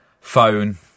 phone